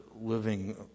living